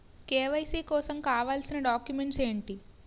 KYC కోసం కావాల్సిన documents ఎంటి?